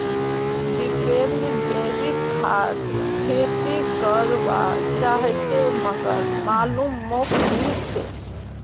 दीपेंद्र जैविक खाद खेती कर वा चहाचे मगर मालूम मोक नी छे